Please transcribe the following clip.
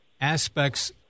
aspects